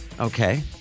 Okay